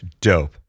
dope